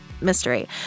mystery